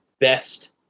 best